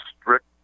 strict